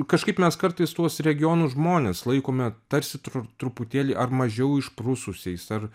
kažkaip mes kartais tuos regionų žmones laikome tarsi tru truputėlį ar mažiau išprususiais ar